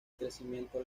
crecimiento